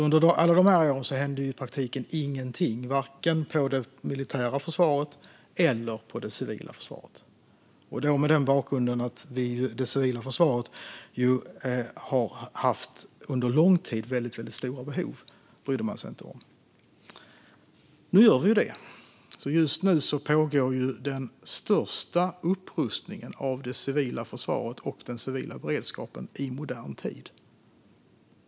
Under alla dessa år hände i praktiken ingenting vare sig inom det militära försvaret eller inom det civila försvaret. Man brydde sig inte om att det civila försvaret under lång tid hade haft mycket stora behov. Nu gör vi det. Just nu pågår den största upprustningen av det civila försvaret och den civila beredskapen i modern tid.